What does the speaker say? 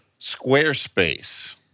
Squarespace